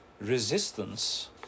Resistance